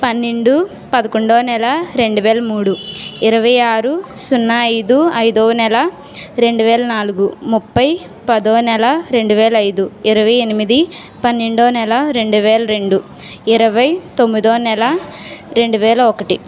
పన్నెండు పదకొండో నెల రెండు వేల మూడు ఇరవై ఆరు సున్నా ఐదు ఐదవ నెల రెండు వేల నాల్గు ముఫై పదో నెల రెండు వేల ఐదు ఇరవై ఎనిమిది పన్నెండో నెల రెండు వేల రెండు ఇరవై తొమ్మిదో నెల రెండు వేల ఒకటి